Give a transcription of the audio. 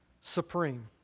supreme